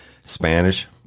Spanish